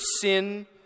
sin